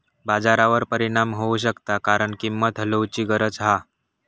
बाजारावर परिणाम होऊ शकता कारण किंमत हलवूची गरज हा